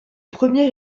premier